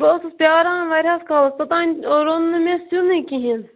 بہٕ ٲسٕس پیاران واریاہَس کالَس توٚتانۍ روٚن نہٕ مےٚ سینُے کِہیٖنۍ